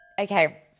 Okay